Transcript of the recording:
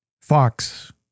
Fox